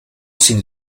sin